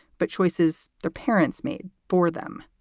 but choices their parents made for them.